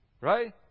Right